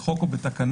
בחוק או בתקנה,